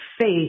faith